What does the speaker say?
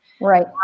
Right